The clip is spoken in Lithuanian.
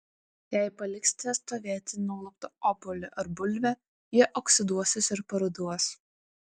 jei paliksite stovėti nuluptą obuolį ar bulvę jie oksiduosis ir paruduos